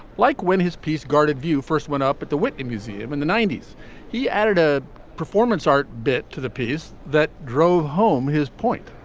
like when his piece guarded view first went up at the whitney museum in the ninety s he added a performance art bit to the piece that drove home his point.